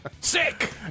Sick